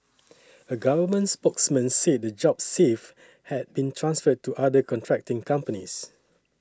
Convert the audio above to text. a government spokesman said the jobs saved had been transferred to other contracting companies